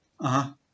(uh huh)